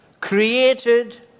created